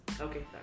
okay